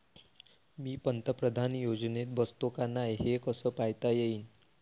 मी पंतप्रधान योजनेत बसतो का नाय, हे कस पायता येईन?